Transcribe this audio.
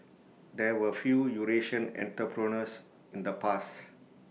there were few Eurasian entrepreneurs in the past